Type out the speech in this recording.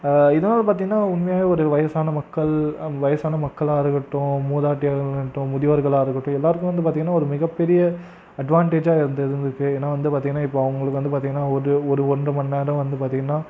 இன்னொன்று பார்த்திங்கனா உண்மையாகவே ஒரு வயதான மக்கள் வயதான மக்களாக இருக்கட்டும் மூதாட்டி அவர்களாக இருக்கட்டும் முதியோர்களாக இருக்கட்டும் எல்லாருக்கும் வந்து பார்த்திங்கனா மிகப்பெரிய அட்வான்டேஜாக இருந்துருக்குது ஏன்னால் வந்து பார்த்திங்கனா இப்போ அவங்களுக்கு வந்து பார்த்திங்கனா ஒரு ஒரு ஒன்றரை மணிநேரம் பார்த்திங்கனா